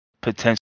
potential